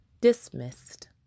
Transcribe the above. Dismissed